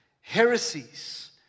heresies